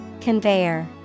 Conveyor